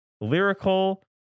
lyrical